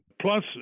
Plus